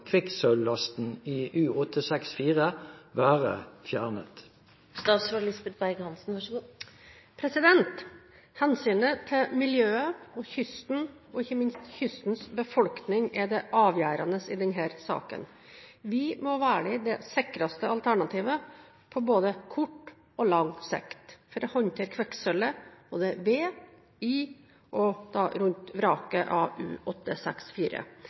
kvikksølvlasten i U-864 være fjernet?» Hensynet til miljøet og kysten, og ikke minst kystens befolkning, er det avgjørende i denne saken. Vi må velge det sikreste alternativet på både kort og lang sikt for å håndtere kvikksølvet både i og rundt vraket av